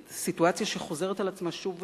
סיטואציה שחוזרת על עצמה שוב ושוב,